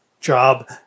job